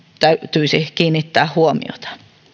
täytyisi kiinnittää huomiota